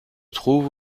trouve